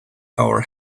our